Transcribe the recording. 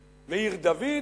ועיר-דוד,